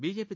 BJP